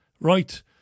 right